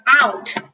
out